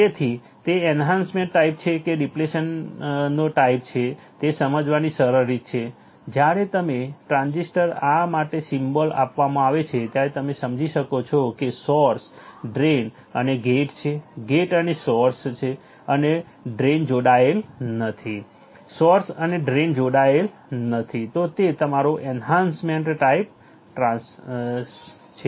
તેથી તે enhancement type છે કે ડિપ્લેશનનો ટાઈપ છે તે સમજવાની સરળ રીત છે જ્યારે તમને ટ્રાન્ઝિસ્ટર માટે આ સિમ્બોલ આપવામાં આવે છે ત્યારે તમે સમજી શકો છો કે સોર્સ ડ્રેઇન અને ગેટ છે ગેટ અને સોર્સ છે અને ડ્રેઇન જોડાયેલ નથી સોર્સ અને ડ્રેઇન જોડાયેલ નથી તો તે તમારો એન્હાન્સમેન્ટ ટાઈપ છે